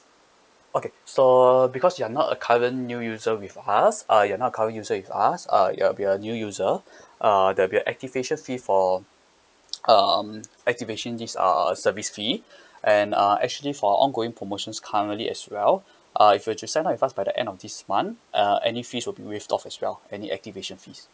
okay so because you are not a current new user with us uh you're not a current user with us uh you will be a new user uh there'll be a activation fee for um activation is uh service fee and uh actually for ongoing promotions currently as well uh if you were to sign up with us by the end of this month uh any fees will be waived off as well any activation fees